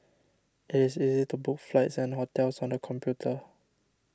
it is easy to book flights and hotels on the computer